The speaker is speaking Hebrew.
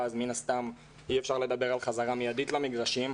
אז מן הסתם אי-אפשר לדבר על חזרה מיידית למגרשים.